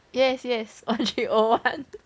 yes yes one three zero one